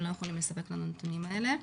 הם לא יכולים לספק לנו את הנתונים האלה,